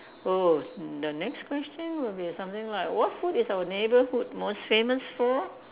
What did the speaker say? oh the next question will be something like what food is our neighborhood most famous for